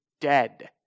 dead